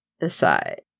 aside